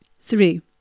Three